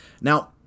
Now